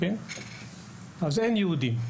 אין יהודים.